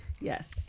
yes